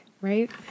right